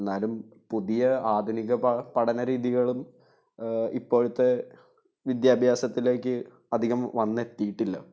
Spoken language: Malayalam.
എന്നാലും പുതിയ ആധുനിക പഠനരീതികളും ഇപ്പോഴത്തെ വിദ്യാഭ്യാസത്തിലേക്ക് അധികം വന്നെത്തിയിട്ടില്ല